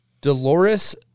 Dolores